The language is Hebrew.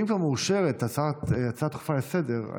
אם כבר מאושרת הצעה לסדר-היום,